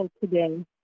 today